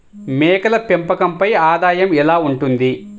మేకల పెంపకంపై ఆదాయం ఎలా ఉంటుంది?